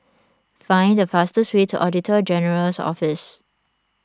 find the fastest way to Auditor General's Office